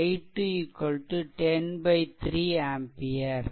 i2 10 3 ampere